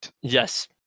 yes